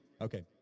Okay